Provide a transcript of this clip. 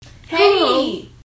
Hey